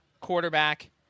quarterback